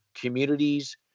communities